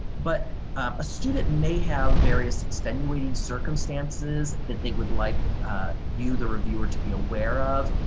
but a student may have various extenuating circumstances that they would like you the reviewer to be aware of,